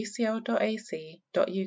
ucl.ac.uk